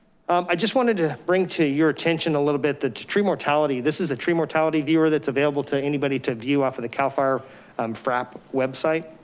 um i just wanted to bring to your attention a little bit, the tree mortality. this is a tree mortality viewer. that's available to anybody to view off of the cal fire um frap website.